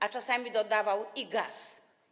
A czasami dodawał: i gaz.